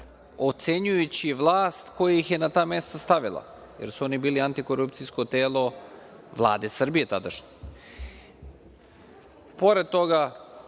ocenjujući vlast koja ih je na ta mesta i stavili, jer su oni bili antikorupcijsko telo Vlade Srbije tadašnje. Pored